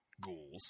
ghouls